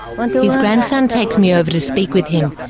um and his grandson takes me over to speak with him.